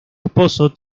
esposo